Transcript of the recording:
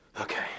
okay